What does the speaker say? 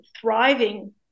thriving